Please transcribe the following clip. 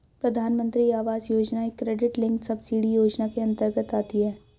प्रधानमंत्री आवास योजना एक क्रेडिट लिंक्ड सब्सिडी योजना के अंतर्गत आती है